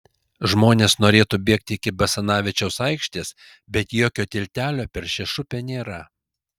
žmonės norėtų bėgti iki basanavičiaus aikštės bet jokio tiltelio per šešupę nėra